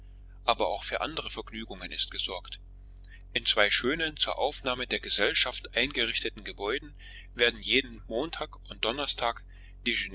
aber auch für andere vergnügungen ist gesorgt in zwei schönen zur aufnahme der gesellschaft eingerichteten gebäuden werden jeden montag und donnerstag